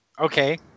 okay